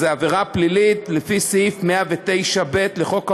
זו עבירה פלילית לפי סעיף 109(ב) לחוק העונשין.